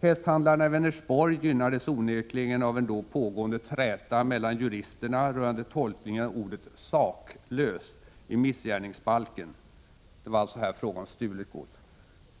Hästhandlarna i Vänersborg gynnades onekligen av en då pågående träta mellan juristerna rörande tolkningen av ordet ”saklös” i missgärningsbalken; det var alltså här fråga om stulet gods.